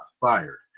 fired